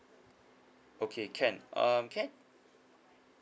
okay can um can